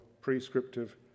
prescriptive